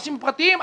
אנשים פרטיים,